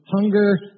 hunger